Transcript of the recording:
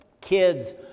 kids